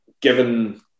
given